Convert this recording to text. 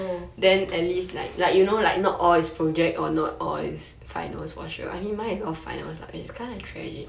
oh